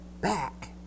back